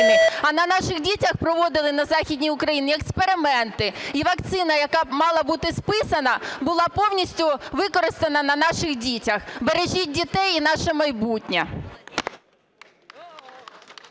а на наших дітях проводили на Західній Україні експерименти. І вакцина, яка мала б бути списана, була повністю використана на наших дітях. Бережіть дітей і наше майбутнє!